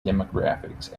demographics